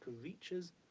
reaches